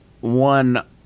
one